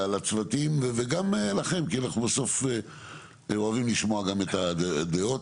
לצוותים וגם לכם כי אנחנו בסוף אוהבים לשמוע גם את הדעות,